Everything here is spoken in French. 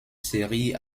séries